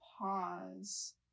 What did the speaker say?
pause